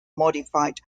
modified